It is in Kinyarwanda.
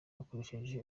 bakoresheje